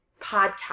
podcast